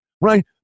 right